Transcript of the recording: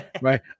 Right